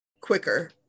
quicker